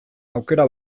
aukera